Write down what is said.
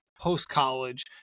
post-college